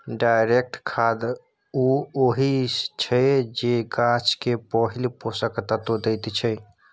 direct खाद उ होइ छै जे गाछ केँ पहिल पोषक तत्व दैत छै